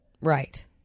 Right